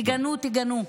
תגנו, תגנו.